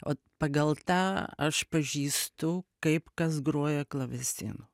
o pagal tą aš pažįstu kaip kas groja klavesinu